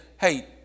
hey